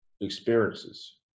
experiences